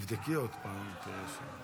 תגידי בבקשה שאת מתנגדת.